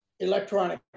electronic